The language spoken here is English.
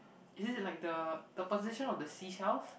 is it like the the position of the seashells